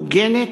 הוגנת,